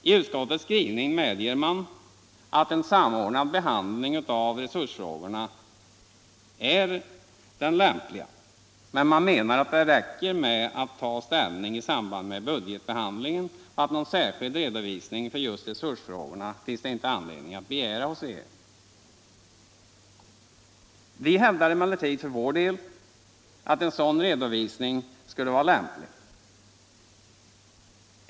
I utskottets skrivning medger man att en samordnad behandling av resursfrågorna är den lämpliga, men man menar att det räcker med att ta ställning i samband med budgetbehandlingen och att någon särskild redovisning för just resursfrågorna finns det inte anledning att begära hos regeringen. Vi hävdar emellertid för vår del att en sådan redovisning skulle vara lämplig.